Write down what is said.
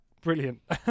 Brilliant